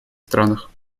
странах